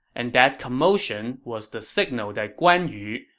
and that commotion was the signal that guan yu,